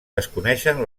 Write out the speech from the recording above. desconeixen